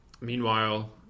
Meanwhile